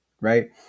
Right